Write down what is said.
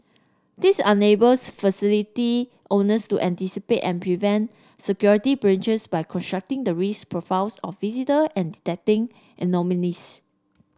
this enables facility owners to anticipate and prevent security breaches by constructing the risk profiles of visitor and detecting anomalies